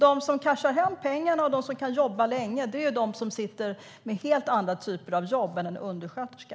De som cashar hem pengarna och som kan jobba länge är de som sitter med helt andra typer av jobb än en undersköterska.